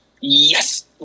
Yes